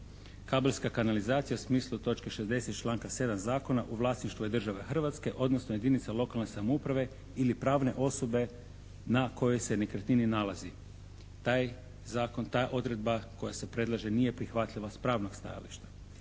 "Kabelska kanalizacija u smislu točke 60. članak 7. zakona u vlasništvu je države Hrvatske odnosno jedinica lokalne samouprave ili pravne osobe na kojoj se nekretnini nalazi." Taj zakon, ta odredba koja se predlaže nije prihvatljiva s pravnog stajališta.